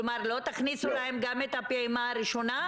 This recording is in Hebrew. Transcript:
כלומר, לא תכניסו להם גם את הפעימה הראשונה?